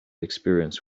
experience